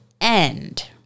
end